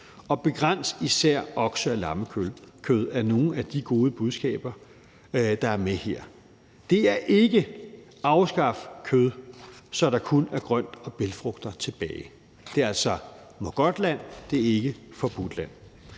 begræns især okse- og lammekød. Det er nogle af de gode budskaber, der er med her. Det er ikke: Afskaf kød, så der kun er grønt og bælgfrugter tilbage. Det er altså Mågodtland, det er ikke Forbudtland.